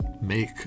make